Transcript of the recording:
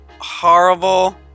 horrible